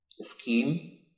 scheme